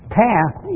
path